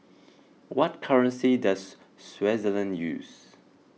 what currency does Swaziland use